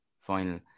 final